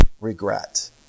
regret